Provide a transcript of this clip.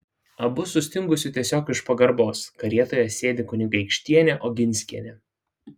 abu sustingusiu tiesiog iš pagarbos karietoje sėdi kunigaikštienė oginskienė